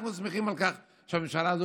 אנחנו שמחים על כך שהממשלה הזאת,